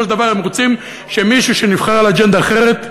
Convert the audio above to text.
של דבר הם רוצים שמישהו שנבחר על אג'נדה אחרת,